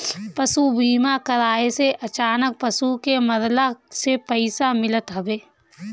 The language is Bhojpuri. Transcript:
पशु बीमा कराए से अचानक पशु के मरला से पईसा मिलत हवे